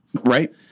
right